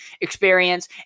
experience